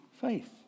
faith